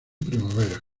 primavera